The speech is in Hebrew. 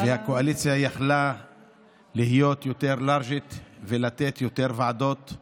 הקואליציה יכלה להיות יותר לארג'ית ולתת יותר ועדות,